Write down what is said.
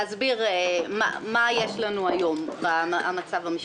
להסביר מה יש לנו היום במצב המשפטי.